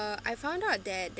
I found out that